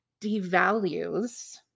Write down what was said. devalues